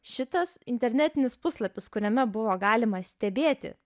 šitas internetinis puslapis kuriame buvo galima stebėti